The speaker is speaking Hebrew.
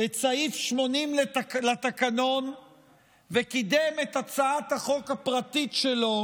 את סעיף 80 לתקנון וקידם את הצעת החוק הפרטית שלו